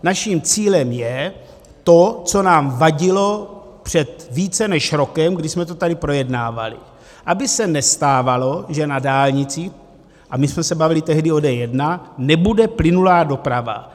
Naším cílem je to, co nám vadilo před více než rokem, kdy jsme to tady projednávali, aby se nestávalo, že na dálnicích, a my jsme se bavili tehdy o D1, nebude plynulá doprava.